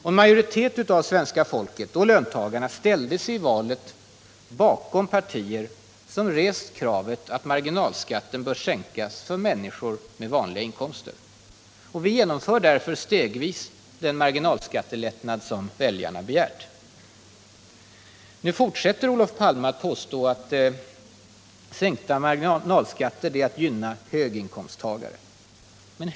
En majoritet av svenska folket och löntagarna ställde sig i valet bakom partier som rest kravet att marginalskatten skall sänkas för människor med vanliga inkomster. Vi genomför därför stegvis den marginalskattelättnad som väljarna begärt. Nu fortsätter Olof Palme och påstår att sänkta marginalskatter gynnar ”höginkomsttagare”.